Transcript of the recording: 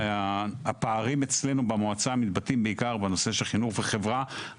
הפערים אצלנו במועצה מתבטאים בעיקר בנושא של חינוך וחברה.